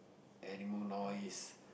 animal noise